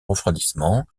refroidissement